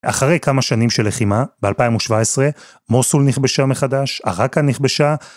אחרי כמה שנים של לחימה, ב-2017, מוסול נכבשה מחדש, ארכה נכבשה.